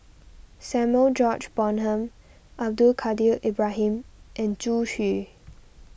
Samuel George Bonham Abdul Kadir Ibrahim and Zhu Xu